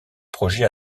projets